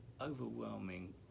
overwhelming